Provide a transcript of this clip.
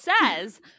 says